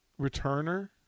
returner